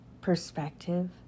perspective